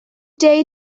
day